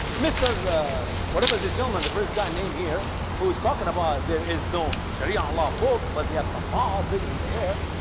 mister whatever is a gentleman. the first guy named here who is talking about there is no sharia law book but he have some laws written in the air.